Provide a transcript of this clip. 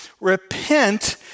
repent